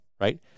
right